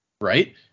Right